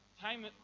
time